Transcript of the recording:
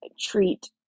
treat